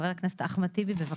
חבר הכנסת אחמד טיבי, בבקשה.